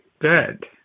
good